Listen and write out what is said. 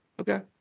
Okay